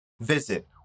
Visit